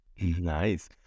nice